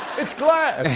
it's glad.